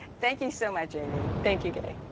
thank you so much, amy. thank you, gay.